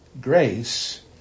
grace